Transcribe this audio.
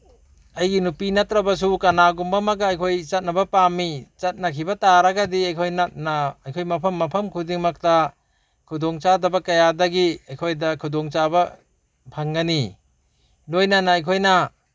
ꯑꯩꯒꯤ ꯅꯨꯄꯤ ꯅꯠꯇ꯭ꯔꯕꯁꯨ ꯀꯅꯥꯒꯨꯝꯕ ꯑꯃꯒ ꯑꯩꯈꯣꯏ ꯆꯠꯅꯕ ꯄꯥꯝꯃꯤ ꯆꯠꯅꯈꯤꯕ ꯇꯥꯔꯒꯗꯤ ꯑꯩꯈꯣꯏ ꯑꯩꯈꯣꯏ ꯃꯐꯝ ꯃꯐꯝ ꯈꯨꯗꯤꯡꯃꯛꯇ ꯈꯨꯗꯣꯡꯆꯥꯗꯕ ꯀꯌꯥꯗꯒꯤ ꯑꯩꯈꯣꯏꯗ ꯈꯨꯗꯣꯡꯆꯥꯕ ꯐꯪꯒꯅꯤ ꯂꯣꯏꯅꯅ ꯑꯩꯈꯣꯏꯅ